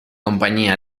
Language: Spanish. compañía